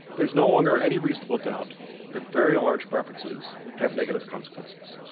there's no longer any reasonable doubt that very large preferences have negative consequences.